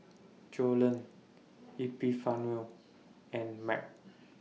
Joellen Epifanio and Marc